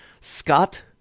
Scott